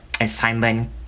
assignment